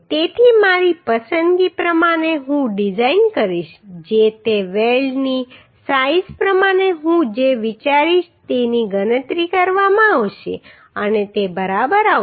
તેથી મારી પસંદગી પ્રમાણે હું ડિઝાઈન કરીશ જે તે વેલ્ડની સાઈઝ પ્રમાણે હું જે વિચારીશ તેની ગણતરી કરવામાં આવશે અને તે બરાબર આવશે